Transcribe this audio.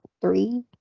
three